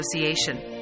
Association